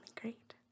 great